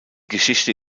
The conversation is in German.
geschichte